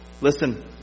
Listen